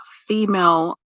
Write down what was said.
Female